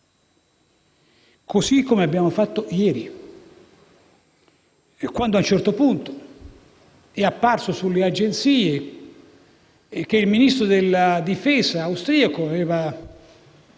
così come abbiamo fatto ieri, quando a un certo punto è apparso sulle agenzie di stampa che il Ministro della difesa austriaco aveva